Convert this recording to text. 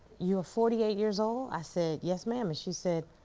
you are forty eight years old? i said, yes ma'am and she said,